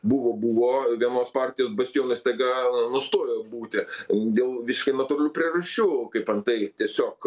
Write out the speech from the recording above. buvo buvo vienos partijos bastionas staiga nustojo būti dėl visiškai natūralių priežasčių kaip antai tiesiog